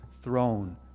throne